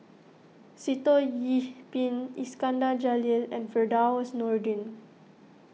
Sitoh Yih Pin Iskandar Jalil and Firdaus Nordin